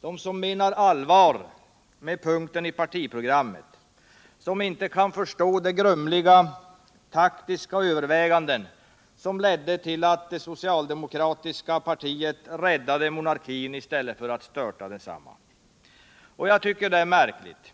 de som menar allvar med punkten om republik i partiprogrammet, som inte kan förstå de grumliga taktiska överväganden som ledde till att det socialdemokratiska partiet räddade monarkin i stället för att störta densamma. Jag tycker det är märkligt.